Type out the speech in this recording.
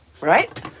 right